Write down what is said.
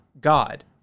God